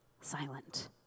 silent